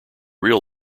real